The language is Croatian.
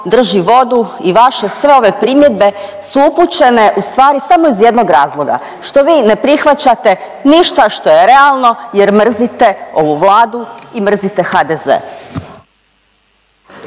drži vodu i vaše sve ove primjedbe su upućene u stvari samo iz jednog razloga što vi ne prihvaćate ništa što je realno jer mrzite ovu Vladu i mrzite HDZ.